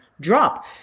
drop